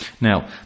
Now